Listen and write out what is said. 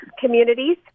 communities